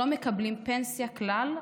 לא מקבלים פנסיה כלל,